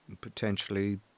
potentially